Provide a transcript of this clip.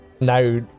now